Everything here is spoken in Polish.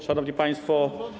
Szanowni Państwo!